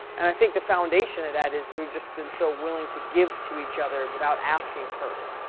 and, i think the foundation of that is, we've just been so willing to give to each other without asking first.